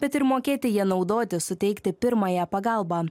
bet ir mokėti ja naudotis suteikti pirmąją pagalbą